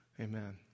Amen